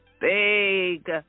big